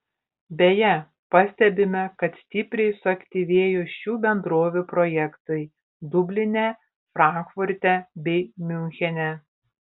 beje pastebime kad stipriai suaktyvėjo šių bendrovių projektai dubline frankfurte bei miunchene